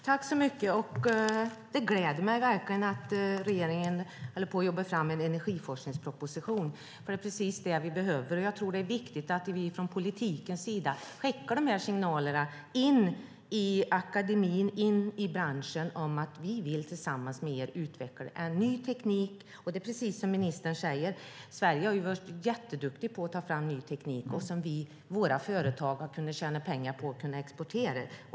Fru talman! Det gläder mig verkligen att regeringen håller på att jobba fram en energiforskningsproposition, för det är precis det vi behöver. Jag tror att det är viktigt att vi från politikens sida skickar de här signalerna in i akademin och in i branschen, om att vi tillsammans med dem vill utveckla en ny teknik. Det är precis som ministern säger. Sverige har varit jätteduktigt på att ta fram ny teknik som våra företag har kunna tjäna pengar på att exportera.